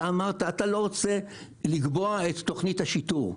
אתה אמרת שאתה לא רוצה לקבוע את תוכנית השיטור.